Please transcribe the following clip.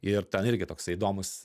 ir ten irgi toksai įdomus